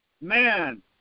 Man